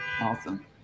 Awesome